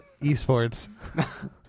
Esports